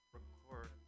Record